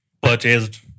Purchased